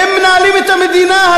מנהלים את המדינה.